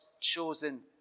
chosen